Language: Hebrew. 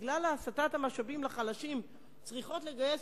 שבגלל הסטת המשאבים לחלשים צריכות לגייס